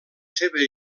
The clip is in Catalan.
seva